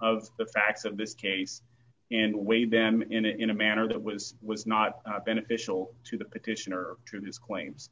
of the facts of this case in wave them in a in a manner that was was not beneficial to the petitioner to disclaims